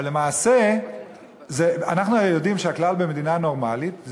אבל למעשה אנחנו הרי יודעים שהכלל במדינה נורמלית זה